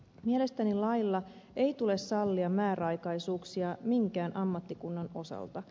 mielestäni lailla ei tule sallia määräaikaisuuksia minkään ammattikunnan osalta